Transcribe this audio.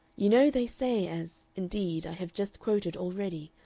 you know they say, as, indeed, i have just quoted already,